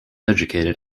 educated